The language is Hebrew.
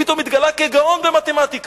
פתאום הוא התגלה כגאון במתמטיקה.